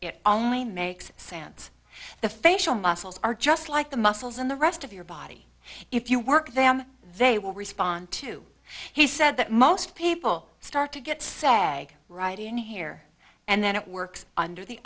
it only makes sense the facial muscles are just like the muscles in the rest of your body if you work them they will respond to he said that most people start to get sag right in here and then it works under the